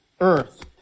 earth